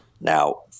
Now